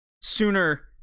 sooner